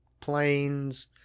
planes